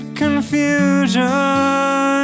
confusion